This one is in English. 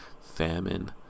famine